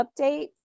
update